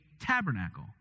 tabernacle